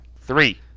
Three